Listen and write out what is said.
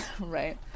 Right